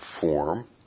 form